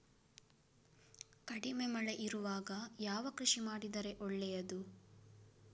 ಕಡಿಮೆ ಮಳೆ ಇರುವಾಗ ಯಾವ ಕೃಷಿ ಮಾಡಿದರೆ ಒಳ್ಳೆಯದು?